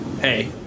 hey